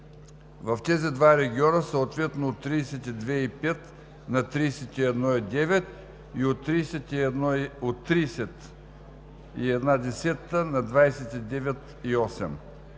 в тези два региона, съответно от 32,5 на 31,9 и от 30,1 на 29,8.